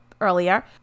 earlier